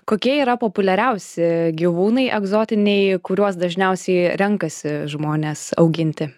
kokie yra populiariausi gyvūnai egzotiniai kuriuos dažniausiai renkasi žmones auginti